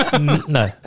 no